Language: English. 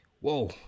Whoa